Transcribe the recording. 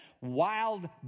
Wild